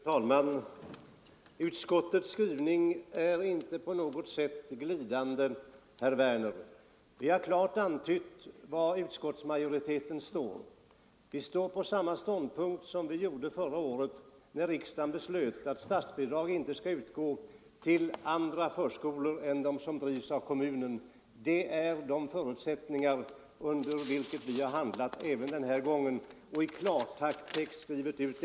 Fru talman! Utskottets skrivning är inte på något sätt glidande, herr Werner. Vi har klart antytt var utskottsmajoriteten står. Vi har samma ståndpunkt som förra året när riksdagen beslöt att statsbidrag inte skall utgå till andra förskolor än dem som drivs av kommunen. Det är de förutsättningar under vilka vi handlat även den här gången och i klartext skrivit ut.